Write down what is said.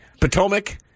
Potomac